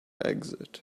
exit